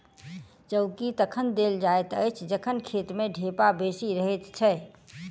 चौकी तखन देल जाइत अछि जखन खेत मे ढेपा बेसी रहैत छै